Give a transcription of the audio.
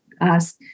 ask